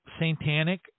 satanic